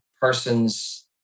person's